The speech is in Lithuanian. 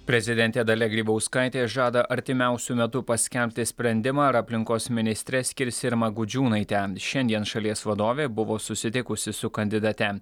prezidentė dalia grybauskaitė žada artimiausiu metu paskelbti sprendimą ar aplinkos ministre skirs irmą gudžiūnaitę šiandien šalies vadovė buvo susitikusi su kandidate